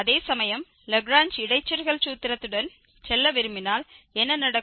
அதேசமயம் லாக்ரேஞ்ச் இடைச்செருகல் சூத்திரத்துடன் செல்ல விரும்பினால் என்ன நடக்கும்